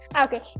Okay